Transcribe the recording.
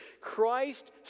Christ